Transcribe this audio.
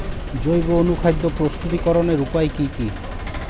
জৈব অনুখাদ্য প্রস্তুতিকরনের উপায় কী কী?